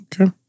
Okay